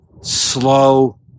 slow